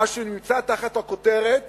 מה שנמצא תחת הכותרת